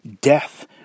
death